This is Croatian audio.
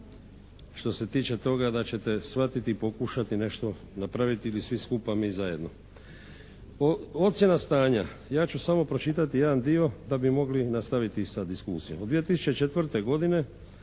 što se tiče toga da ćete shvatiti i pokušati nešto napraviti ili mi svi skupa zajedno. Ocjena stanja, ja ću samo pročitati jedan dio da bi mogli nastaviti sa diskusijom.